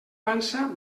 pansa